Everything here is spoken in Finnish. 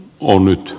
on nyt